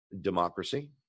democracy